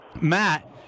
Matt